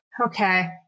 okay